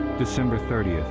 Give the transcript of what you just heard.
december thirty,